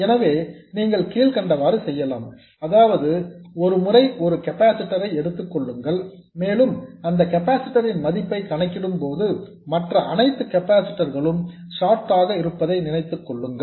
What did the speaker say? எனவே நீங்கள் கீழ்க்கண்டவாறு செய்யலாம் அதாவது ஒரு முறை ஒரு கெப்பாசிட்டர் ஐ எடுத்துக்கொள்ளுங்கள் மேலும் அந்த கெப்பாசிட்டர் ன் மதிப்பை கணக்கிடும்போது மற்ற அனைத்து கெப்பாசிட்டர்ஸ் களும் ஷார்ட் ஆக இருப்பதாக நினைத்துக் கொள்ளுங்கள்